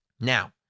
Now